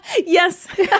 Yes